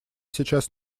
сейчас